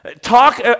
Talk